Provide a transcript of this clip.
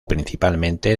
principalmente